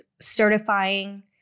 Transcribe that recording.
certifying